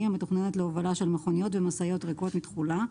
המתוכננת להובלה של מכוניות ומשאיות ריקות מתכולה.